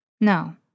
No